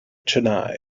chennai